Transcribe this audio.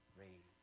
rain